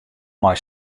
mei